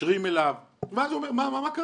מתקשרים אליו, ואז הוא אומר, מה קרה?